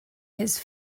his